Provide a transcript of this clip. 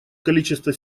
количество